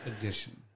edition